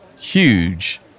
huge